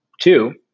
Two